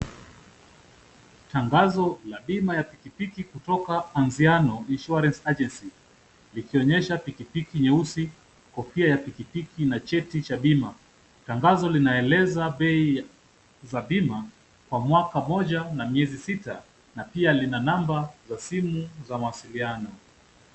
Tangazo ya bima ya pikipiki kutoka Anziano insurance agency , likionyesha pikipiki nyeusi, kofia ya pikipiki na cheti cha bima. Tangazo linaeleza bei za bima kwa mwaka mmoja na miezi sita na pia lina namba za simu za mawasiliano.